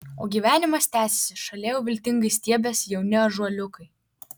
o gyvenimas tęsiasi šalia jau viltingai stiebiasi jauni ąžuoliukai